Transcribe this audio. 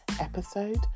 episode